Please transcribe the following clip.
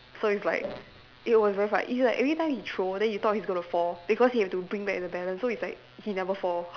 so it's like it was very far it's like every time he throw then he thought he was gonna fall because he have to bring back the balance so it's like he never fall